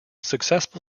successful